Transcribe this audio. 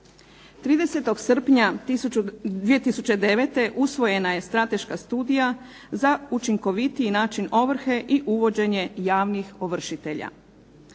30. srpnja 2009. usvojena je strateška studija za učinkovitiji način ovrhe i uvođenje javnih ovršitelja.